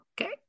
Okay